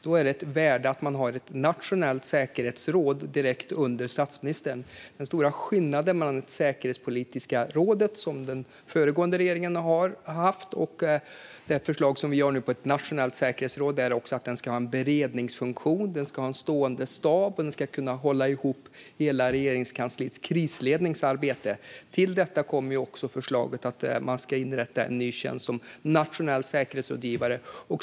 Då är det ett värde att man har ett nationellt säkerhetsråd direkt under statsministern. Den stora skillnaden mellan det säkerhetspolitiska rådet, som den föregående regeringen har haft, och det förslag som vi nu har om ett nationellt säkerhetsråd är att det också ska ha en beredningsfunktion. Det ska ha en stående stab och ska kunna hålla ihop hela Regeringskansliets krisledningsarbete. Till detta kommer också förslaget att man ska inrätta en ny tjänst som nationell säkerhetsrådgivare.